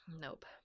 Nope